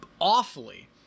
awfully